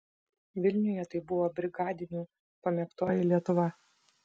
vilniuje tai buvo brigadinių pamėgtoji lietuva